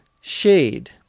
shade